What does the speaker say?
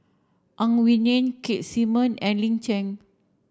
Ang Wei Neng Keith Simmon and Lin Chen